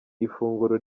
ifunguro